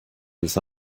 this